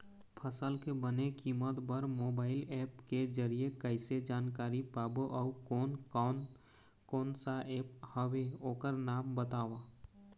फसल के बने कीमत बर मोबाइल ऐप के जरिए कैसे जानकारी पाबो अउ कोन कौन कोन सा ऐप हवे ओकर नाम बताव?